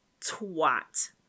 twat